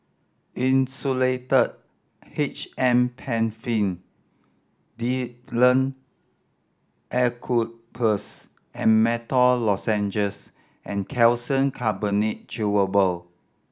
Insulatard H M Penfill Difflam Eucalyptus and Menthol Lozenges and Calcium Carbonate Chewable